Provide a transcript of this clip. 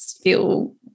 feel